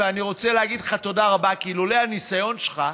ואני רוצה להגיד לך תודה רבה כי אילולא הניסיון שלך,